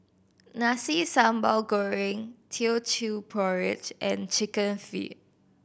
Nasi Sambal Goreng Teochew Porridge and Chicken Feet